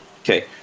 Okay